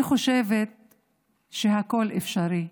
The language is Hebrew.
אני חושבת שהכול אפשרי.